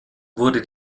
wurde